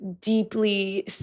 deeply